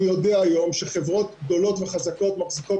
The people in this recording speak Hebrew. אני יודע היום שחברות גדולות וחזקות מחזיקות